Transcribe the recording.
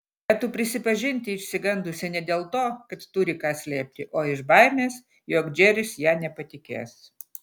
galėtų prisipažinti išsigandusi ne dėl to kad turi ką slėpti o iš baimės jog džeris ja nepatikės